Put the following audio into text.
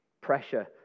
pressure